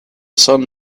son